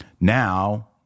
now